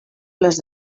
les